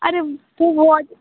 अरे वो